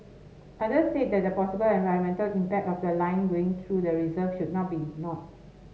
others said the possible environmental impact of the line going through the reserve should not be ignored